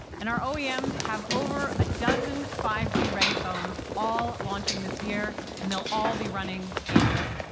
and our oems have over a dozen five g ready phones all launching this year. and they'll all be running android.